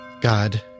God